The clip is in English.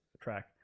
track